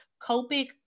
copic